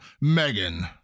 Megan